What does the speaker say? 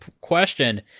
question